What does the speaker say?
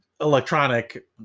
electronic